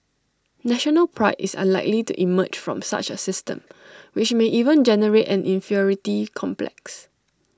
national Pride is unlikely to emerge from such A system which may even generate an inferiority complex